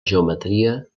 geometria